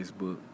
Facebook